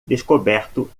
descoberto